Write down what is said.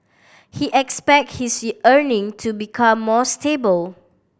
he expect his earning to become more stable